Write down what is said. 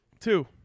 Two